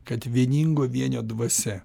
kad vieningo vienio dvasia